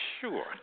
Sure